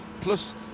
plus